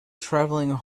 travelling